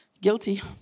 Guilty